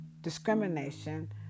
discrimination